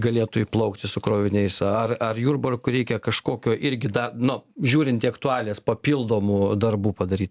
galėtų įplaukti su kroviniais a ar ar jurbarkui reikia kažkokio irgi dar nu žiūrint į aktualijas papildomų darbų padaryt